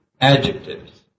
adjectives